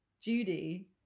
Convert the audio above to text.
Judy